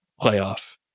playoff